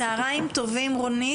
צהריים טובים רונית,